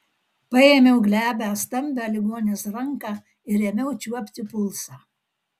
paėmiau glebią stambią ligonės ranką ir ėmiau čiuopti pulsą